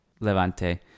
levante